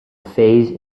phase